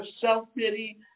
self-pity